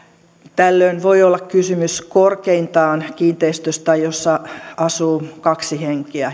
tällöin voi olla kysymys korkeintaan kiinteistöstä jossa asuu kaksi henkeä